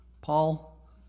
Paul